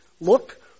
look